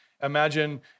Imagine